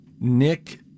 Nick